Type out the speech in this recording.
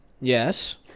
Yes